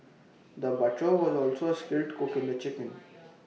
the butcher was also A skilled cook in the chicken